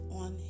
on